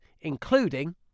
including